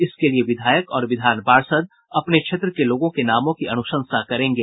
इसके लिए विधायक और विधान पार्षद अपने क्षेत्र के लोगों के नामों की अनुशंसा करेंगे